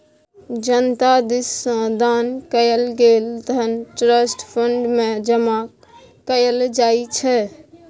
जनता दिस सँ दान कएल गेल धन ट्रस्ट फंड मे जमा कएल जाइ छै